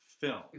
film